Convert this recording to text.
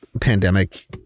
pandemic